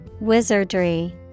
Wizardry